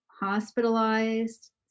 hospitalized